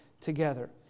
together